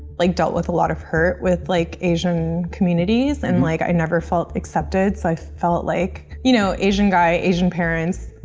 like dealt with a lot of hurt with, like, asian communities, and, like, i never felt accepted, so i felt, like, you know, asian guy, asian parents,